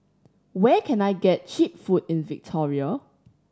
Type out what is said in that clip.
where can I get cheap food in Victoria